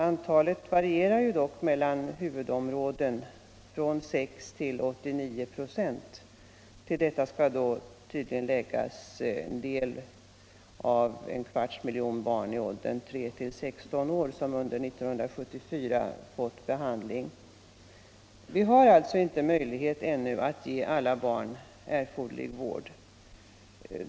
Antalet varierar dock mellan olika huvudmannaområden från 6 till 89 96. Till detta skall då tydligen läggas den del av den kvarts miljon barn i åldrarna 3-16 år, som under 1974 har fått behandling. Vi har alltså inte möjlighet ännu att ge alla barn erforderlig vård.